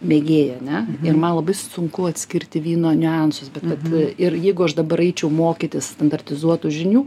mėgėja a ne ir man labai sunku atskirti vyno niuansus bet vat ir jeigu aš dabar eičiau mokytis standartizuotų žinių